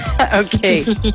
Okay